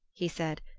he said,